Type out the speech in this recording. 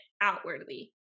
outwardly